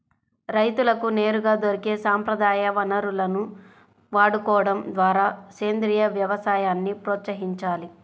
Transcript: రైతులకు నేరుగా దొరికే సంప్రదాయ వనరులను వాడుకోడం ద్వారా సేంద్రీయ వ్యవసాయాన్ని ప్రోత్సహించాలి